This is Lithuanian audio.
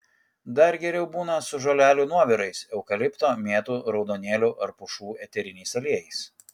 dar geriau būna su žolelių nuovirais eukalipto mėtų raudonėlių ar pušų eteriniais aliejais